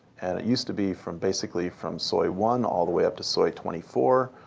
and it used to be from basically from soi one all the way up to soi twenty four,